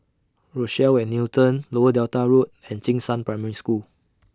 Rochelle At Newton Lower Delta Road and Jing Shan Primary School